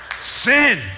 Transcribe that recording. Sin